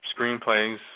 screenplays